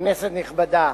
כנסת נכבדה,